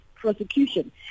prosecution